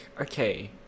okay